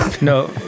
No